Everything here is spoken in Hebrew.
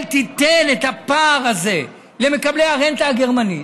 תיתן את הפער הזה למקבלי הרנטה הגרמנית,